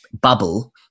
bubble